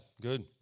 good